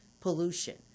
pollution